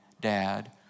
dad